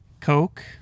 Coke